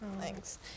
Thanks